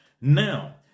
Now